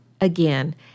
again